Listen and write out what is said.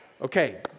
Okay